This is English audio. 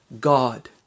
God